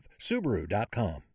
Subaru.com